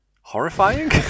horrifying